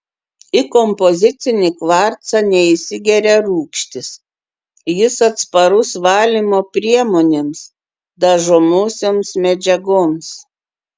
į kompozicinį kvarcą neįsigeria rūgštys jis atsparus valymo priemonėms dažomosioms medžiagoms